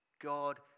God